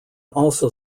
also